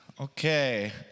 Okay